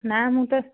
ନା ମୁଁ ତ